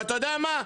ואתה יודע מה,